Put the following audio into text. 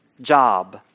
job